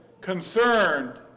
concerned